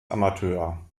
amateur